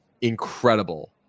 incredible